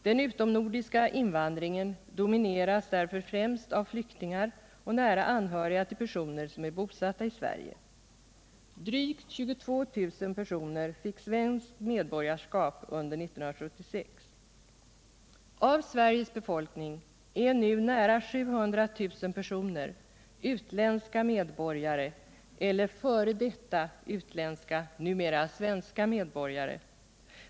Den utomnordiska invandringen domineras därför främst av av flyktingar och nära anhöriga till personer, som är bosatta i Sverige. Drygt 22000 personer fick svenskt medborgarskap under 1976. Av Sveriges befolkning är nu nära 700 000 personer utländska medborgare eller f. d. utländska numera svenska medborgare.